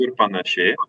ir panašiai